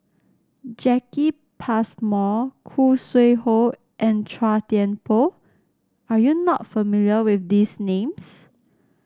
Jacki Passmore Khoo Sui Hoe and Chua Thian Poh are you not familiar with these names